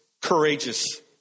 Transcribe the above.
courageous